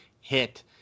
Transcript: hit –